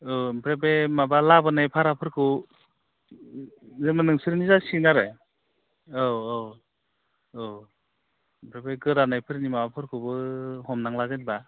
ओमफ्राय बे माबा लाबोनाय भाराफोरखौ जेनेबा नोंसोरनि जासिगोन आरो औ औ औ ओमफ्राय बे गोदानायफोरनि माबाफोरखौबो हमनांला जेनेबा